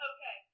Okay